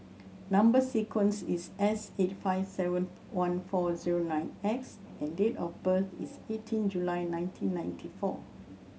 number sequence is S eight five seven one four zero nine X and date of birth is eighteen July nineteen ninety four